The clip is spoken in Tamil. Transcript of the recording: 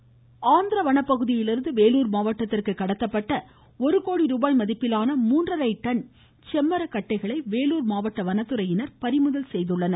ழுழுழுழ செம்மரக்கட்டை ஆந்திர வனப்பகுதியிலிருந்து வேலூர் மாவட்டத்திற்கு கடத்தப்பட்ட ஒரு கோடி ரூபாய் மதிப்பிலான மூன்றரை டன் செம்மரக்கட்டைகளை வேலூர் மாவட்ட வனத்துறையினர் பறிமுதல் செய்துள்ளனர்